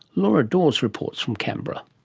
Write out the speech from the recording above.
laura dawes reports from canberra.